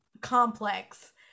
complex